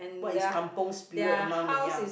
what is kampung spirit among the young